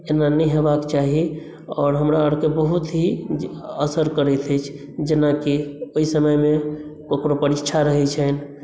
एना नहि होयबाक चाही आओर हमरा आरके बहुत ही असर करैत अछि जेनाकि ओहि समयमे ककरो परीक्षा रहै छनि